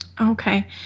Okay